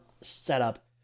setup